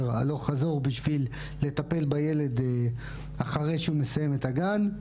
הלוך חזור בשביל לטפל בילד אחרי שהוא מסיים את הגן.